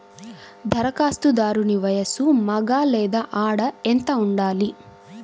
ధరఖాస్తుదారుని వయస్సు మగ లేదా ఆడ ఎంత ఉండాలి?